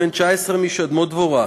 בן 19, משדמות-דבורה,